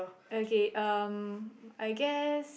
okay um I guess